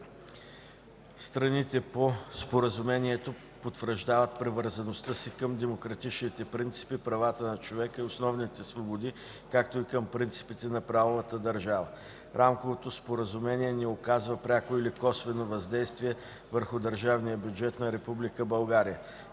Страните по Споразумението потвърждават привързаността си към демократичните принципи, правата на човека и основните свободи, както и към принципите на правовата държава. Рамковото споразумение не оказва пряко и/или косвено въздействие върху държавния бюджет на